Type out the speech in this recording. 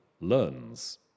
learns